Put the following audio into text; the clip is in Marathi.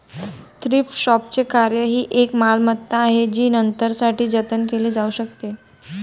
थ्रिफ्ट शॉपचे कार्य ही एक मालमत्ता आहे जी नंतरसाठी जतन केली जाऊ शकते